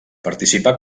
participà